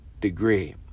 degree